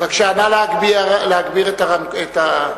להגביר את הקול.